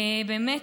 באמת.